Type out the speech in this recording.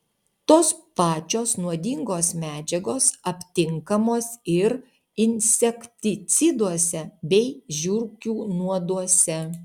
tos pačios nuodingos medžiagos aptinkamos ir insekticiduose bei žiurkių nuoduose